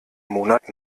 monat